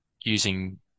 using